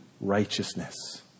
righteousness